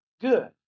good